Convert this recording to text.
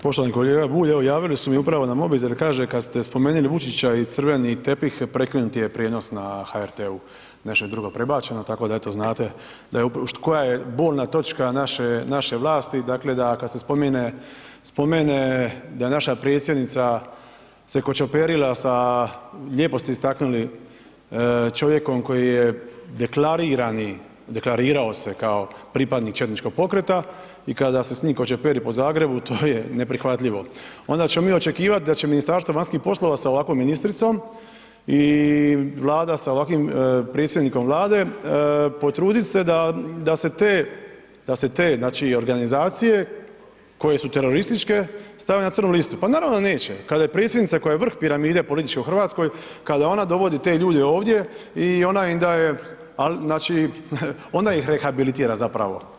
Poštovani kolega Bulj, evo javili su mi upravo na mobitel, kaže kad ste spomenuli Vučića i crveni tepih, prekinut je prijenos na HRT-u, nešto je drugo prebačeno tako da eto znate koja je bolna točka naše vlasti, dakle da kad se spomene da je naša Predsjednica se kočoperila sa, lijepo ste istaknuli čovjeka koji je deklarirani, deklarirao se kao pripadnik četničkog pokreta i kada se s njim kočoperi po Zagrebu, to je neprihvatljivo, onda ćemo mi očekivat da će Ministarstvo vanjskih poslova sa ovakvom ministricom i vlada sa ovakvim predsjednikom Vlade, potrudit se da se te znači organizacije koje su terorističke, stave na crnu listu, pa normalno na neće kad je Predsjednica koja je vrh piramide političke u Hrvatskoj, kada ona odvodi te ljude ovdje i ona im daje ali znači, ona ih rehabilitira zapravo.